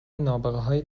نابغههای